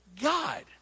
god